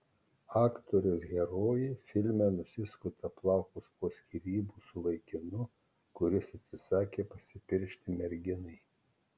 aktorės herojė filme nusiskuta plaukus po skyrybų su vaikinu kuris atsisakė pasipiršti merginai